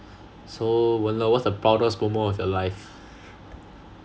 so wen le what's the proudest moment of your life